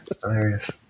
Hilarious